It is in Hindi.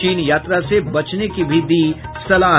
चीन यात्रा से बचने की भी दी सलाह